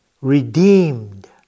redeemed